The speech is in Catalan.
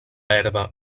herba